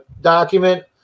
document